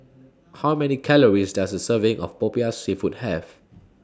How Many Calories Does A Serving of Popiah Seafood Have